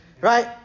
Right